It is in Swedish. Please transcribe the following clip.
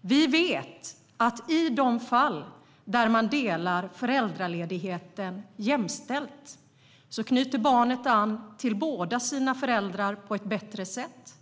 Vi vet att i de fall där man delar föräldraledigheten jämställt knyter barnet an till båda sina föräldrar på ett bättre sätt.